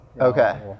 Okay